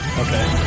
okay